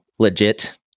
legit